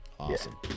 awesome